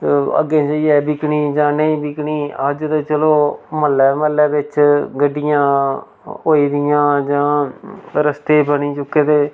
ते अग्गें जाइयै बिकनी जां नेईं बिकनी अज्ज ते चलो म्ह्ल्लै म्ह्ल्लै बिच्च गड्डियां होई दियां जां रस्ते बनी चुक्के दे